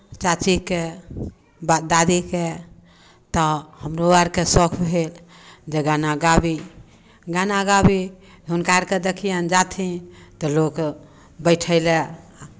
चाचीकेँ बा दादीकेँ तऽ हमरो आरकेँ शौक भेल जे गाना गाबी गाना गाबी हुनका अरकेँ देखियनि जाथिन तऽ लोक बैठय लए आ